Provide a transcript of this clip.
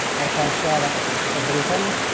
ah try and share that over the weekend,